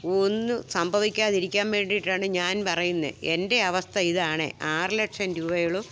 ഒന്നും സംഭവിക്കാതിരിക്കാൻ വേണ്ടിയിട്ടാണ് ഞാൻ പറയുന്നെ എൻ്റെ അവസ്ഥ ഇതാണെ ആറു ലക്ഷം രൂപയോളം